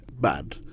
bad